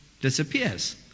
disappears